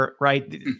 right